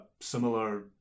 similar